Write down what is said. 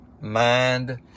mind